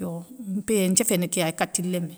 yo mpéyé nthiéfé ni kéya kati léemé.